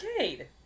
Arcade